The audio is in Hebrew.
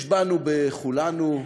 יש בנו, בכולנו,